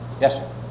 Yes